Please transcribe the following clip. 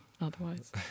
otherwise